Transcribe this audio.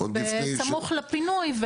בסמוך לפינוי.